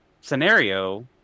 scenario